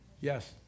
yes